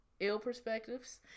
illperspectives